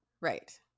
Right